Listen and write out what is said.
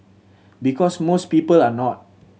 because most people are not